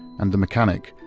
and the mechanic,